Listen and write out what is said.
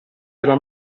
della